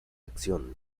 acción